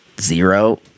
zero